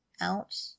out